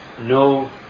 no